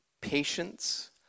patience